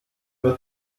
wird